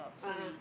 a'ah